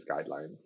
guidelines